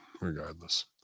regardless